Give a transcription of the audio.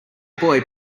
boy